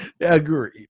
Agreed